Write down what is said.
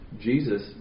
Jesus